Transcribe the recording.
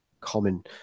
common